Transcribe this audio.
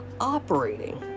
operating